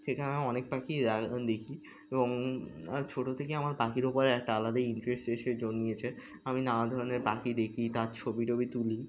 সেখানে আমি অনেক পাখি দেখি এবং ছোটো থেকেই আমার পাখির ওপরে একটা আলাদা ইন্টারেস্ট এসে জন্মেছে আমি নানা ধরনের পাখি দেখি তার ছবি টবি তুলি